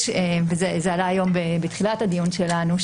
זה עלה היום בתחילת הדיון שלנו,